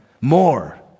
more